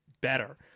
better